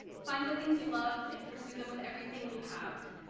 find the things you love and pursue them with everything you have.